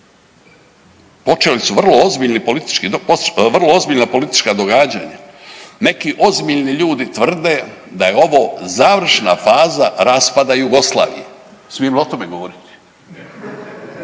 događaji, vrlo ozbiljna politička događanja. Neki ozbiljni ljudi tvrde da je ovo završna faza raspada Jugoslavije. Smijem li o tome govoriti?